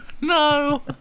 No